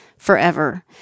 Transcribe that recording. forever